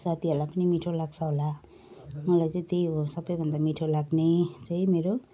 साथीहरूलाई पनि मिठो लाग्छ होला मलाई चाहिँ त्यही हो सबैभन्दा मिठो लाग्ने चाहिँ मेरो